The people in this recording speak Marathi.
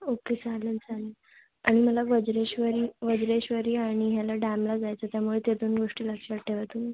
ओके चालेल चालेल आणि मला वज्रेश्वरी वज्रेश्वरी आणि ह्याला डॅमला जायचं त्यामुळे ते दोन गोष्टी लक्षात ठेवा तुम्ही